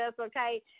okay